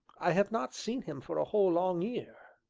i have not seen him for a whole, long year.